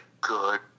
good